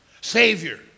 Savior